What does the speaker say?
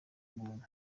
buntu